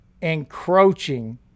encroaching